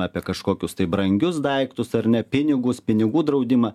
apie kažkokius tai brangius daiktus ar ne pinigus pinigų draudimą